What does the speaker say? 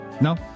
No